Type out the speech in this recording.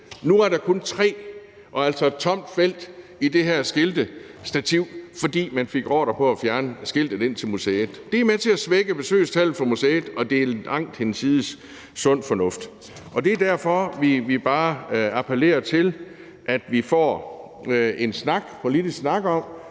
nu er der kun tre og altså et tomt felt i det her skiltestativ, fordi de fik ordre til at fjerne skiltet ind til museet. Det er med til at svække museets besøgstal, og det er langt hinsides sund fornuft. Det er derfor, vi bare appellerer til, at vi får en politisk snak om